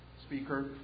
speaker